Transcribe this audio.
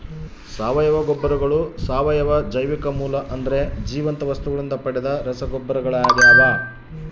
ಸಾವಯವ ಗೊಬ್ಬರಗಳು ಸಾವಯವ ಜೈವಿಕ ಮೂಲ ಅಂದರೆ ಜೀವಂತ ವಸ್ತುಗಳಿಂದ ಪಡೆದ ರಸಗೊಬ್ಬರಗಳಾಗ್ಯವ